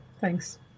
Thanks